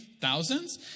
thousands